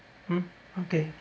mm okay